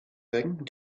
thing